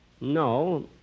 No